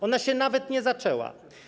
Ona się nawet nie zaczęła.